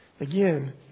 Again